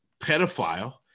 pedophile